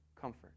comfort